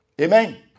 Amen